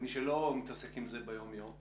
למי שלא מתעסק עם זה ביום-יום.